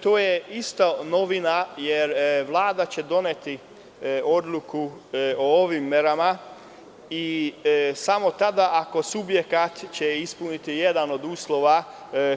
To je isto novina, jer Vlada će doneti odluku o ovim merama i samo tada ako subjekat ispuni jedan od uslova,